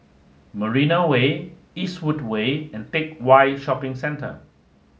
Marina Way Eastwood Way and Teck Whye Shopping Centre